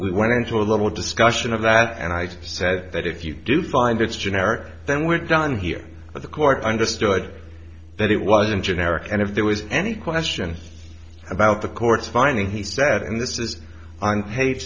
we went into a little discussion of that and i said that if you do find it's generic then we're done here but the court understood that it wasn't generic and if there was any question about the court's finding he said and this is on